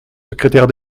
secrétaire